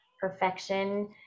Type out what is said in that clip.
perfection